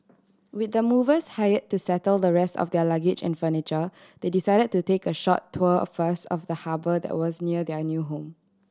with the movers hire to settle the rest of their luggage and furniture they decide to take a short tour first of the harbour that was near their new home